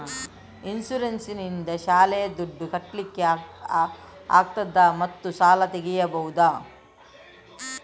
Insurance ನಿಂದ ಶಾಲೆಯ ದುಡ್ದು ಕಟ್ಲಿಕ್ಕೆ ಆಗ್ತದಾ ಮತ್ತು ಸಾಲ ತೆಗಿಬಹುದಾ?